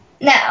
No